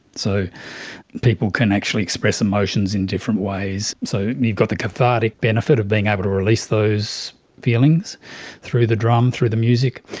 so people can actually express emotions in different ways. so you've got the cathartic benefit of being able to release those feelings through the drum, through the music,